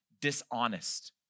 dishonest